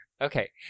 Okay